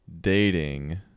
dating